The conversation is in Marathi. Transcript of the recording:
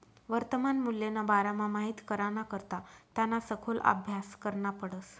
वर्तमान मूल्यना बारामा माहित कराना करता त्याना सखोल आभ्यास करना पडस